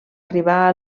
arribar